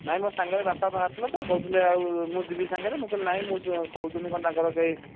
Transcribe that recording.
ନାଇଁ ମୋ ସାଙ୍ଗରେ ବାପା ବାହାରିଥିଲେ ତ କହୁଥିଲେ ମୁଁ ଯିବି ସାଙ୍ଗରେ ମୁଁ କହିଲି ନାଇଁ କହୁଛନ୍ତି କ'ଣ ତାଙ୍କର କେହି